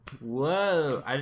whoa